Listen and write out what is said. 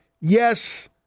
Yes